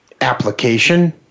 application